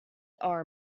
are